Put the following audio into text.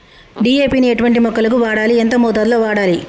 DAP ని ఎటువంటి మొక్కలకు వాడాలి? ఎంత మోతాదులో వాడాలి?